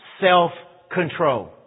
self-control